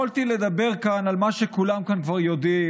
יכולתי לדבר כאן על מה שכולם כאן כבר יודעים,